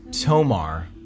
Tomar